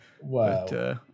Wow